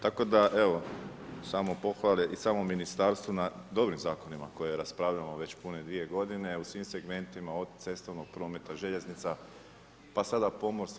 Tako da evo, samo pohvale i samom ministarstvu na dobrim zakonima koje raspravljamo već pune 2 g., u svim segmentima od cestovnog prometa, željeznica, pomorstva.